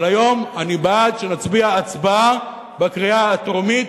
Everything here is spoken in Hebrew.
אבל היום אני בעד שנצביע בקריאה טרומית,